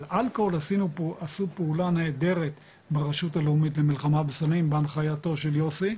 באלכוהול עשו פעולה נהדרת ברשות הלאומית למלחמה בסמים בהנחייתו של יוסי.